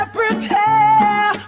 prepare